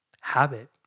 habit